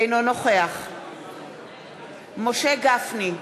אינו נוכח משה גפני,